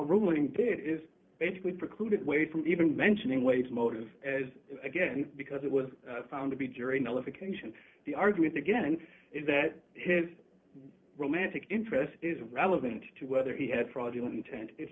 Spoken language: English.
ruling did is basically precluded way from even mentioning ways motive as again because it was found to be jury nullification the argument again is that his romantic interest is relevant to whether he had fraudulent intent i